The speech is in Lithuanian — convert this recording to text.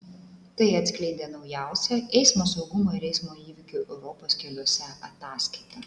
tai atskleidė naujausia eismo saugumo ir eismo įvykių europos keliuose ataskaita